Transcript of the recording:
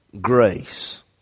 grace